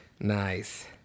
Nice